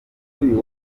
uyu